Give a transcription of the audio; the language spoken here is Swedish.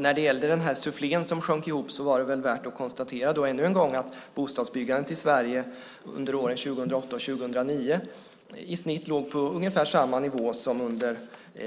När det gäller sufflén som sjönk ihop är det värt att konstatera ännu en gång att bostadsbyggandet i Sverige under åren 2008-2009 i snitt låg på ungefär samma nivå som under